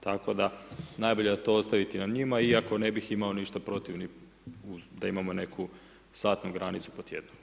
Tako da najbolje da ostavite na njima iako ne bih imao ništa protiv ni da imamo neku satnu granicu po tjednu.